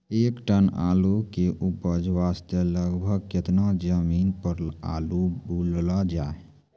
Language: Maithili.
एक टन आलू के उपज वास्ते लगभग केतना जमीन पर आलू बुनलो जाय?